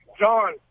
John